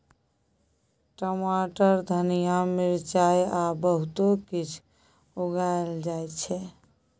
टमाटर, धनिया, मिरचाई आ बहुतो किछ उगाएल जाइ छै